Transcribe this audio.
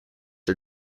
are